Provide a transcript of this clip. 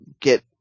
get